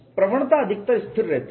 प्रवणता अधिकतर स्थिर रहती है